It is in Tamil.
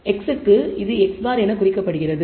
x க்கு இது x̅ என்று குறிக்கப்படுகிறது